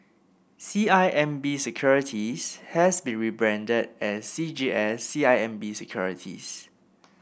C I M B Securities has been rebranded as C G S C I M B Securities